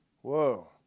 Whoa